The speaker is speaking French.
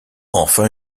enfin